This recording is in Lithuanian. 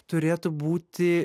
turėtų būti